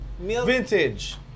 Vintage